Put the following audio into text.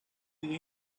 the